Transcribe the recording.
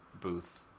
booth